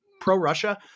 pro-Russia